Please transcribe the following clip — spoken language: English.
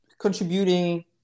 contributing